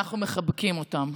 ואנחנו מחבקים אותם.